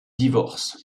divorcent